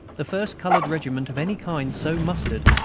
the first colored regiment of any kind so mustered,